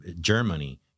Germany